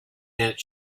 that